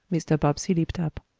mr. bobbsey leaped up.